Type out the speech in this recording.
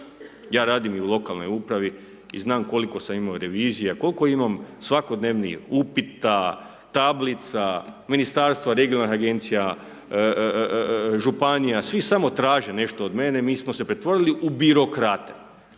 Ja radim u lokalnoj upravi i znam koliko sam imao revizija, koliko imam svakodnevnih upita, tablica, ministarstva, regionalnih agencija, županija, svi samo traže nešto od mene, mi smo se pretvorili u birokrate